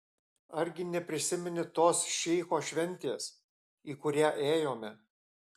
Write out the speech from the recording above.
argi neprisimeni tos šeicho šventės į kurią ėjome